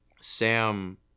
Sam